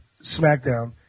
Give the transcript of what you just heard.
SmackDown